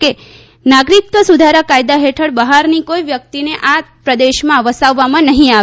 કે નાગરીકત્વ સુધારા કાયદા હેઠળ બહારની કોઈ વ્યકિતને આ પ્રદેશમાં વસાવવામાં નહીં આવે